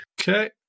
Okay